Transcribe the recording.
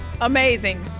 Amazing